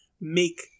make